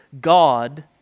God